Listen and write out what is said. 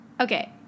Okay